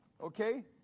Okay